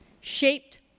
shaped